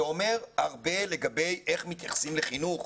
זה אומר הרבה לגבי איך מתייחסים לחינוך,